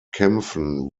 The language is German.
kämpfen